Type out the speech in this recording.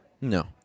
No